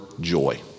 joy